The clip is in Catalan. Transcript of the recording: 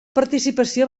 participació